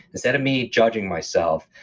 instead of me judging myself,